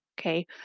okay